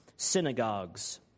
synagogues